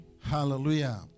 hallelujah